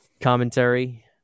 commentary